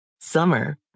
Summer